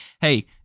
hey